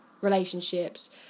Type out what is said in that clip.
relationships